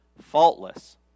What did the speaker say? faultless